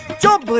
job